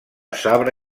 sabre